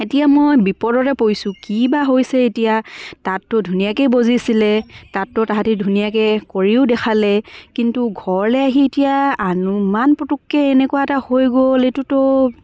এতিয়া মই বিপদতে পৰিছোঁ কি বা হৈছে এতিয়া তাততো ধুনীয়াকৈয়ে বাজিছিলে তাততো তাহাঁতে ধুনীয়াকৈ কৰিও দেখালে কিন্তু ঘৰলৈ আহি এতিয়া ইমান পুতুককৈ এনেকুৱা এটা হৈ গ'ল এইটোতো